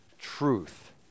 truth